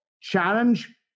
challenge